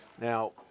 Now